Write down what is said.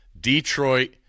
Detroit